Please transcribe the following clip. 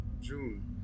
June